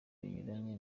binyuranye